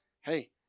hey